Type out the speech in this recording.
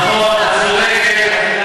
נכון, את צודקת.